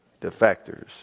Defectors